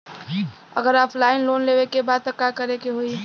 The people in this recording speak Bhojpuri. अगर ऑफलाइन लोन लेवे के बा त का करे के होयी?